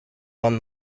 won